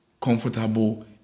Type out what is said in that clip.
comfortable